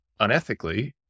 unethically